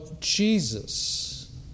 Jesus